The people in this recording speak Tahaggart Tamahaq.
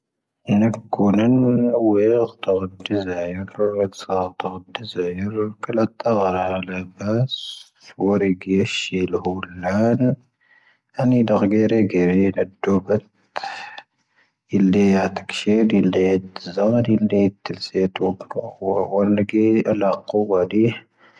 ⵏⴰⴳⵏⴰⴽ ⴽoⵏⴰⵏ ⵎⵏ ⴰⵡⴰ ⵢⴰⴳ ⵜⴰⵡⴰⴷ ⵊⵉⵣⴰⵢⵓⵔ, ⵔⴳⴰⴷ ⵙ'ⴰ ⵜⴰⵡⴰⴷ ⵊⵉⵣⴰⵢⵓⵔ, ⴽⴰⵍⴰ ⵜⴰⵡⴰⴷ ⴰ'ⵍⴰ ⴱⴰⵙ, ⴼⴰⵡⴰⵔ ⴻⴽ ⵢⴰⵙⵀ ⵙⵀⵉ ⵍⵀooⵔ ⵍⴰⵏⴰ, ⴰⵏⵉ ⴷⴰⴳⵀⴳⴻⵔⴻ ⴳⴻⵔⴻ ⵢⴰⴷ ⴰⴷⴷⵓⴱⴰⵜ, ⵉⵍⵢⴰ ⴰⵜⴰⴽⵙⵀⴻⵔⴻ ⵉⵍⵢⴰ ⴷⵀⵉⵣⴰⵎⴰⴷ ⵉⵍⵢⴰ ⵜⵉⵍⵙⴻⵜ ⵡⴰⴱⴰⴽⴰⵡⴰⵔ, ⵡⴰⵍⵏ ⴻⴽ ⵢⴰⵍⴰⴽⴰⵡⴰⴷⵉ.